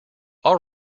all